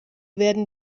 werden